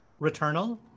Returnal